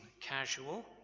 casual